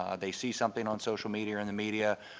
ah they see something on social media, in the media,